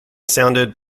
sounded